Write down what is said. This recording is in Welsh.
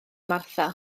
martha